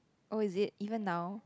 oh is it even now